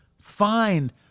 Find